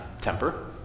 temper